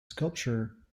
sculpture